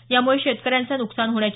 यामुळे शेतकऱ्यांचं नुकसान होण्याची